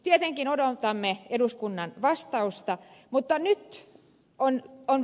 tietenkin odotamme eduskunnan vastausta mutta nyt on on